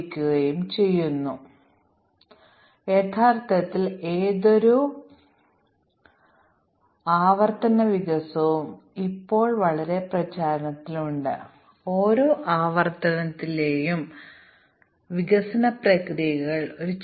അതിനാൽ മൊഡ്യൂളുകൾ non trivial ആണെങ്കിൽ വ്യത്യസ്ത ഇന്റർഫേസുകളെ പിന്തുണയ്ക്കുന്ന ന്യായമായ വലിയ മൊഡ്യൂളുകൾ ആണെങ്കിൽ ഞങ്ങൾ ഒരു മൊഡ്യൂൾ മാത്രമേ ഇന്റേഗ്രേറ്റ് ചെയ്യുകയുള്ളൂ